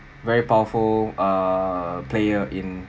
very powerful err player in